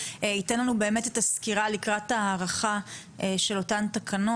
ייתן לנו סקירה לקראת הערכה של אותן תקנות.